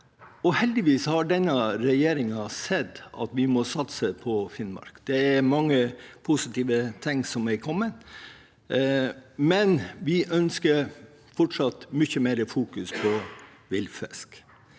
Heldigvis har denne regjeringen sett at vi må satse på Finnmark. Det er mange positive ting som er kommet, men vi ønsker fortsatt mye mer fokus på villfisk.